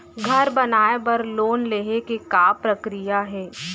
घर बनाये बर लोन लेहे के का प्रक्रिया हे?